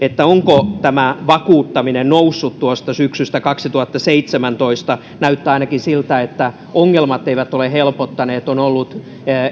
onko tämä vakuuttaminen noussut tuosta syksystä kaksituhattaseitsemäntoista näyttää ainakin siltä että ongelmat eivät ole helpottaneet on ollut